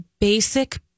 basic